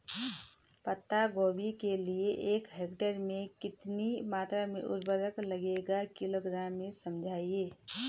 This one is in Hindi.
पत्ता गोभी के लिए एक हेक्टेयर में कितनी मात्रा में उर्वरक लगेगा किलोग्राम में समझाइए?